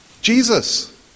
Jesus